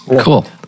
Cool